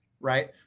Right